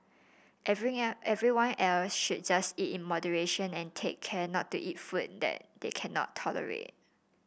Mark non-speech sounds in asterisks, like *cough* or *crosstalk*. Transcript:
*unintelligible* everyone else should just eat in moderation and take care not to eat food that they cannot tolerate